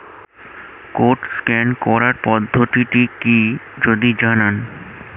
Code scan করার পদ্ধতিটি কি যদি জানান?